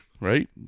right